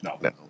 No